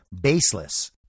baseless